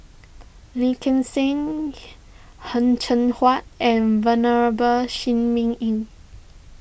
Lee Gek Seng Heng Cheng Hwa and Venerable Shi Ming Yi